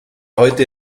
heute